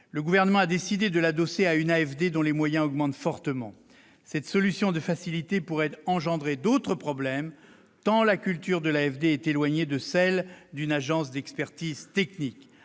le Gouvernement a décidé de l'adosser à une AFD dont les moyens augmentent fortement. Cette solution de facilité pourrait engendrer d'autres problèmes, tant la culture de l'AFD est éloignée de celle d'une agence d'expertise technique.